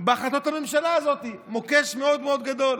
בהחלטות הממשלה הזאת, מוקש מאוד מאוד גדול.